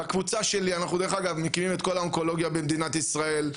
בקבוצה שלי אנחנו דרך אגב מכירים את כל האונקולוגיה במדינת ישראל.